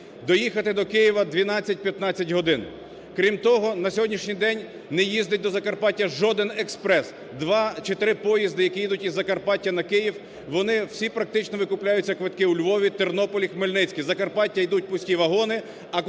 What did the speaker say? Доїхати до Києва – 12-15 годин. Крім того, на сьогоднішній день не їздить до Закарпаття жоден експрес! Два чи три поїзда, які їдуть з Закарпаття на Київ, вони всі практично викупляються квитки у Львові, Тернополі, Хмельницькі. На Закарпаття ідуть пусті вагони,